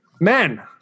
men